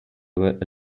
were